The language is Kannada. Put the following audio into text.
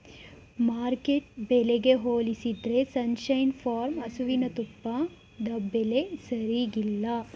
ಮಾರ್ಕೆಟ್ ಬೆಲೆಗೆ ಹೋಲಿಸಿದ್ರೆ ಸನ್ ಶೈನ್ ಫಾರ್ಮ್ ಹಸುವಿನ ತುಪ್ಪದ ಬೆಲೆ ಸರೀಗಿಲ್ಲ